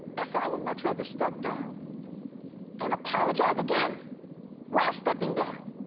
i said i would much rather step down and apologize again while stepping down.